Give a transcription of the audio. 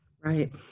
Right